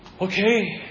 Okay